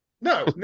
No